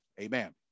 Amen